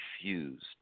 refused